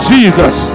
Jesus